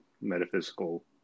metaphysical